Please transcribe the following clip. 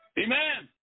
Amen